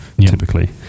typically